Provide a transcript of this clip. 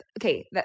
Okay